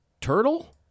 turtle